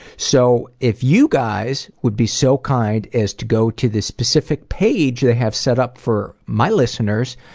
so if you guys would be so kind as to go to the specific page they have set up for my listeners,